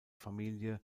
familie